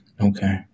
Okay